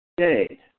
Okay